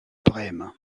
brême